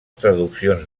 traduccions